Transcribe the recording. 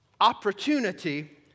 opportunity